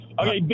Okay